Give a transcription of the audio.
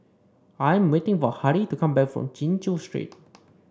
I am waiting for Harrie to come back from Chin Chew Street